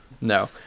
No